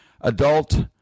adult